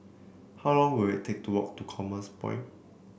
how long will it take to walk to Commerce Point